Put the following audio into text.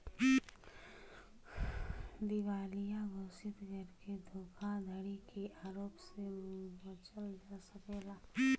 दिवालिया घोषित करके धोखाधड़ी के आरोप से बचल जा सकला